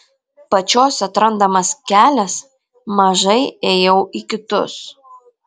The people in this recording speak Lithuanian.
pačios atrandamas kelias mažai ėjau į kitus